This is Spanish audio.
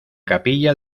capilla